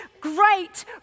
great